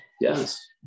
Yes